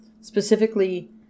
Specifically